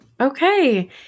Okay